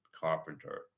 Carpenter